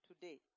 today